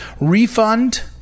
Refund